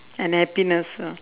and happiness lah